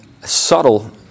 subtle